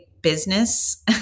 business